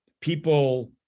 people